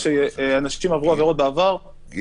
עוד